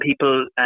people